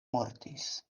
mortis